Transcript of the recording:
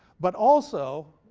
but also,